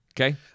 Okay